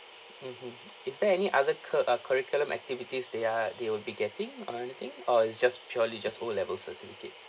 mmhmm is there any other cu~ uh curriculum activities they are they will be getting or anything or it's just purely just O level certificate